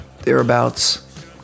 Thereabouts